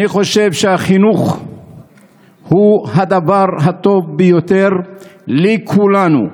אני חושב שהחינוך הוא הדבר הטוב ביותר לכולנו,